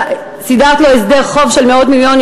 סידרת לו הסדר חוב של מאות מיליונים,